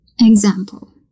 Example